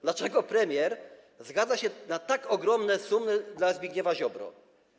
Dlaczego premier zgadza się na tak ogromne sumy dla Zbigniewa Ziobry?